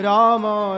Rama